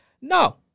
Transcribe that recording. No